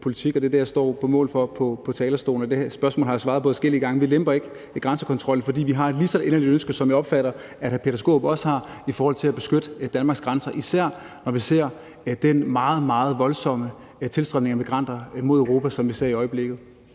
politik, og det er det, jeg står på mål for på talerstolen, og jeg har jo svaret adskillige gange på det spørgsmål: Vi lemper ikke grænsekontrollen. For vi har et lige så inderligt ønske, som jeg også opfatter at hr. Peter Skaarup har, i forhold til at beskytte Danmarks grænser, især når vi ser den meget, meget voldsomme tilstrømning af migranter mod Europa, som vi ser i øjeblikket.